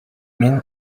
мин